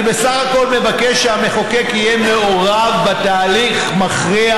אני בסך הכול מבקש שהמחוקק יהיה מעורב בתהליך מכריע,